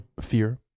Fear